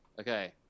Okay